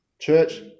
Church